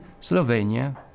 Slovenia